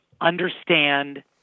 understand